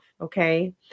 okay